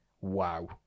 wow